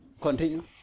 Continue